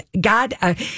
God